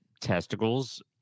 testicles